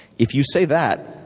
if you say that,